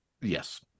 Yes